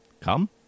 Come